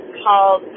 called